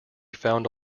found